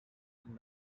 and